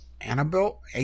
Annabelle